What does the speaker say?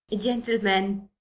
Gentlemen